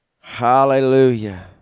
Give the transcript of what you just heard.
Hallelujah